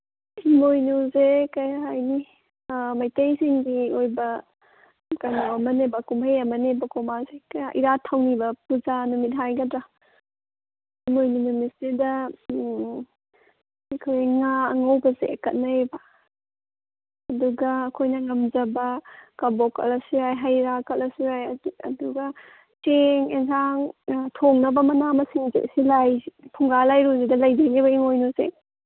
ꯏꯃꯣꯏꯅꯤꯁꯦ ꯀꯩ ꯍꯥꯏꯅꯤ ꯃꯩꯇꯩꯁꯤꯡꯒꯤ ꯑꯣꯏꯕ ꯀꯩꯅꯣ ꯑꯃꯅꯦꯕ ꯀꯨꯝꯍꯩ ꯑꯃꯅꯦꯕꯀꯣ ꯃꯥꯁꯦ ꯏꯔꯥꯠ ꯊꯧꯅꯤꯕ ꯄꯨꯖꯥ ꯅꯨꯃꯤꯠ ꯍꯥꯏꯒꯗ꯭ꯔꯥ ꯏꯃꯣꯏꯅꯨ ꯅꯨꯃꯤꯠꯁꯤꯗ ꯑꯩꯈꯣꯏ ꯉꯥ ꯑꯉꯧꯕꯁꯦ ꯀꯠꯅꯩꯌꯦꯕ ꯑꯗꯨꯒ ꯑꯩꯈꯣꯏꯅ ꯉꯝꯖꯕ ꯀꯕꯣꯛ ꯀꯠꯂꯁꯨ ꯌꯥꯏ ꯍꯩꯔꯥ ꯀꯠꯂꯁꯨ ꯌꯥꯏ ꯑꯗꯨꯒ ꯆꯦꯡ ꯑꯦꯟꯁꯥꯡ ꯊꯣꯡꯅꯕ ꯃꯅꯥ ꯃꯁꯤꯡꯁꯦ ꯐꯨꯡꯒꯥ ꯂꯥꯏꯔꯨꯁꯤꯗ ꯂꯩꯗꯣꯏꯅꯦꯕ ꯏꯃꯣꯏꯅꯨꯁꯦ